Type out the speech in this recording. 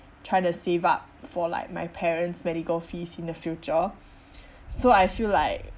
trying to save up for like my parents' medical fees in the future so I feel like